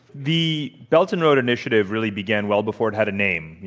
the belt-and-road initiative really began well before it had a name. you